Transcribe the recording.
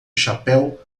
chapéu